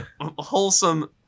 Wholesome